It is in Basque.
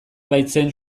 baitzen